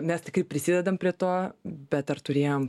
mes tikrai prisidedam prie to bet ar turėjom